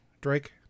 Drake